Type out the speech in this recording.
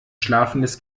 schlafendes